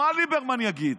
מה ליברמן יגיד?